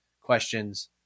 questions